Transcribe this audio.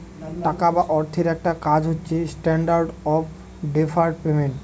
টাকা বা অর্থের একটা কাজ হচ্ছে স্ট্যান্ডার্ড অফ ডেফার্ড পেমেন্ট